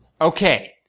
Okay